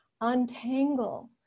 untangle